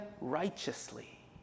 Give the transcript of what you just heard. righteously